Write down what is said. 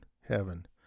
heaven